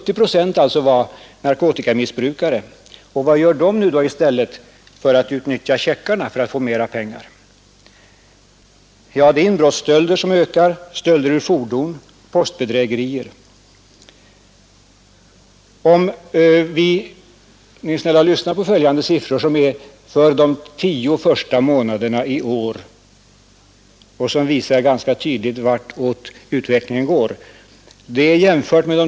Vad gör då dessa narkotikamissbrukare numera i stället för att använda checkar när de vill ha pengar? Ja, antalet inbrottsstölder ökar, liksom stölder ur fordon och likaså antalet postbedrägerier. Vill ni vara snälla och lyssna på följande siffror gällande för de tio första månaderna i år. De visar ganska tydligt vartåt utvecklingen går.